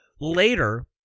later